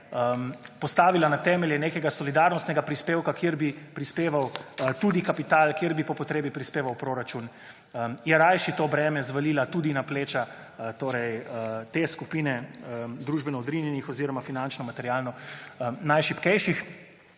postavila na temelje nekega solidarnostnega prispevka kjer bi prispeval tudi kapital, kjer bi po potrebni prispeval v proračun, je rajši to breme zvalila tudi na pleča torej te skupine družbeno odrinjenih oziroma finančno, materialno najšibkejših.